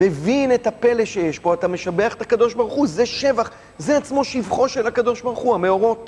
מבין את הפלא שיש פה, אתה משבח את הקדוש ברוך הוא, זה שבח, זה עצמו שבחו של הקדוש ברוך הוא, המאורות.